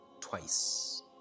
twice